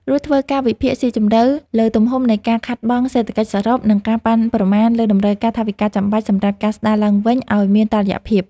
រួចធ្វើការវិភាគស៊ីជម្រៅលើទំហំនៃការខាតបង់សេដ្ឋកិច្ចសរុប និងការប៉ាន់ប្រមាណលើតម្រូវការថវិកាចាំបាច់សម្រាប់ការស្តារឡើងវិញឱ្យមានតុល្យភាព។